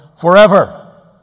forever